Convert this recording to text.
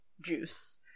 juice